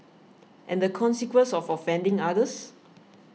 and the consequence of offending others